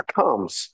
comes